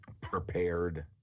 prepared